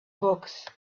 books